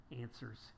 answers